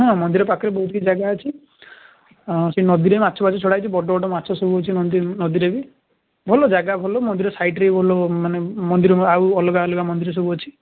ହଁ ମନ୍ଦିର ପାଖରେ ବହୁତ କିଛି ଜାଗା ଅଛି ସେ ନଦୀରେ ମାଛଫାଛ ଛଡ଼ା ହେଇଛି ବଡ଼ ବଡ଼ ମାଛ ସବୁ ଅଛି ନଦୀରେ ବି ଭଲ ଜାଗା ଭଲ ମନ୍ଦିର ସାଇଟରେ ଭଲ ମାନେ ମନ୍ଦିର ଆଉ ଅଲଗା ଅଲଗା ମନ୍ଦିର ସବୁ ଅଛି